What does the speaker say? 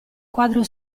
quadro